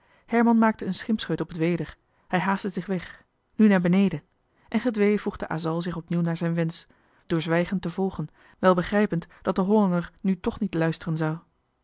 herman maakte een schimpscheut op het weder hij haastte zich weg nu naar beneden en gedwee voegde asal zich opnieuw naar zijn wensch door zwijgend te volgen wel begrijpend dat de hollander nu toch niet luisteren zou